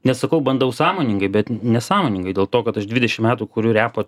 nes sakau bandau sąmoningai bet nesąmoningai dėl to kad aš dvidešim metų kuriu repą